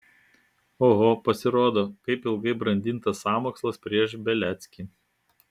oho pasirodo kaip ilgai brandintas sąmokslas prieš beliackį